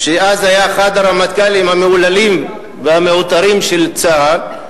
שאז היה אחד הרמטכ"לים המהוללים והמעוטרים של צה"ל.